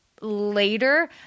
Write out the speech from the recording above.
later